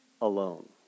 alone